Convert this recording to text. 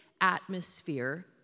atmosphere